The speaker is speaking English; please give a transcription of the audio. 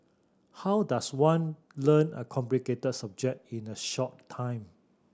how does one learn a complicated subject in a short time